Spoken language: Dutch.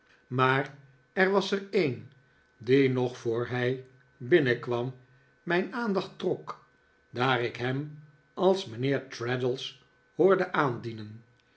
maar er was er een die nog voor hij binnenkwam mijn aandacht trok daar ik hem als mijnheer traddles hoorde aandienen